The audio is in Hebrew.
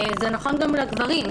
זה נכון גם לגברים,